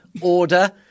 order